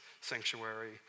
sanctuary